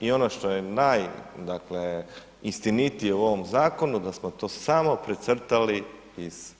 I ono što je naj dakle istinitije u ovom zakonu da smo to samo precrtali iz